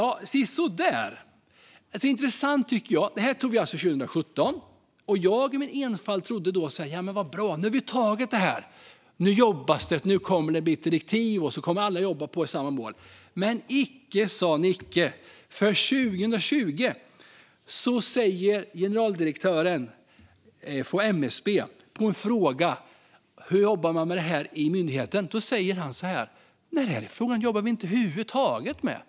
Sisådär. Livsmedelsstrategin antogs alltså 2017, och när vi antagit den trodde jag i min enfald att nu skulle det jobbas med detta, att det skulle komma direktiv och att alla skulle jobba på mot samma mål. Men icke sa Nicke, för 2020 fick generaldirektören för MSB frågan om hur man jobbar med detta i myndigheten, och han svarade: Den här frågan jobbar vi över huvud taget inte med.